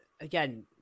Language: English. again